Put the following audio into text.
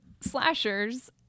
slashers